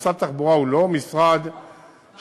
משרד התחבורה הוא לא המשרד שאחראי,